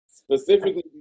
Specifically